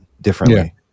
differently